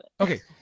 Okay